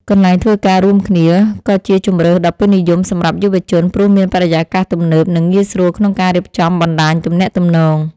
កន្លែងធ្វើការរួមគ្នា ក៏ជាជម្រើសដ៏ពេញនិយមសម្រាប់យុវជន ព្រោះមានបរិយាកាសទំនើប និងងាយស្រួលក្នុងការរៀបចំបណ្តាញទំនាក់ទំនង។